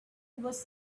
was